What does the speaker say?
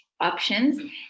options